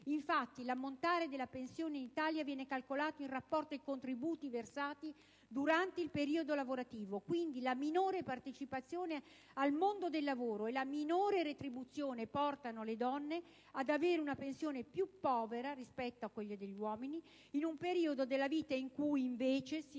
Infatti, l'ammontare della pensione in Italia viene calcolato in rapporto ai contributi versati durante il periodo lavorativo; quindi, la minore partecipazione al mondo del lavoro e la minore retribuzione portano le donne ad avere una pensione più povera rispetto a quella degli uomini in un periodo della vita in cui, invece, si